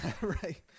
right